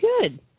good